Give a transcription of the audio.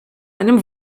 einem